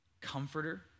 comforter